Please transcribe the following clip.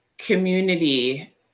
community